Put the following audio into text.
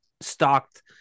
stocked